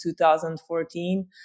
2014